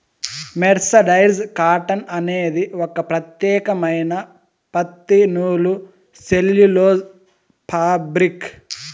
mercerised cotton అనేది ఒక ప్రత్యేకమైన పత్తి నూలు సెల్యులోజ్ ఫాబ్రిక్